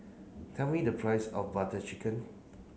tell me the price of Butter Chicken